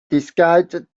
disguised